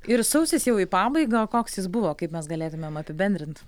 ir sausis jau į pabaigą koks jis buvo kaip mes galėtumėm apibendrint